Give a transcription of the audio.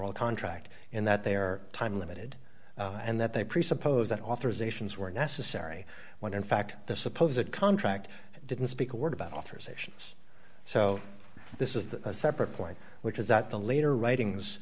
all contract in that their time limited and that they presuppose that authorizations were necessary when in fact the suppose that contract didn't speak a word about authorizations so this is a separate point which is that the later writings